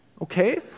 Okay